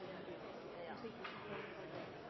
er jeg sikker